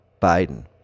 Biden